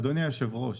אדוני היושב-ראש,